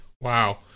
Wow